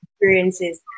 experiences